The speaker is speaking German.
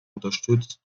unterstützt